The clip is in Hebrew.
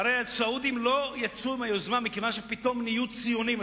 והרי הסעודים לא יצאו עם היוזמה מכיוון שפתאום נהיו ציונים,